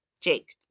Jake